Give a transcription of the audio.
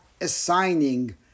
assigning